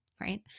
right